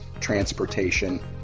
transportation